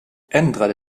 ändrade